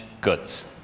goods